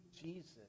Jesus